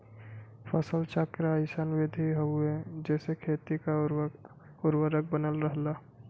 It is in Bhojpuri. फसल चक्र अइसन विधि हउवे जेसे खेती क उर्वरक बनल रहला